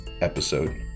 episode